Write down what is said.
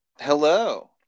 Hello